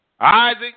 Isaac